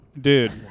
Dude